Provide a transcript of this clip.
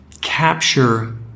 capture